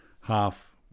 half